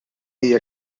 hija